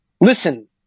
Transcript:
Listen